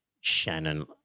Shannon